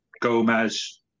gomez